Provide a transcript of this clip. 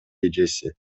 эжеси